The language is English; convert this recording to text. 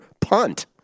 Punt